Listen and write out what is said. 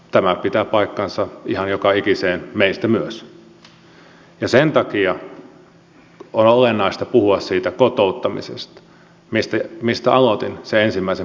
tämä pitää paikkansa ihan joka ikiseen meistä myös ja sen takia on olennaista puhua siitä kotouttamisesta mistä aloitin sen ensimmäisen puheenvuoroni